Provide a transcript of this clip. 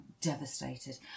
devastated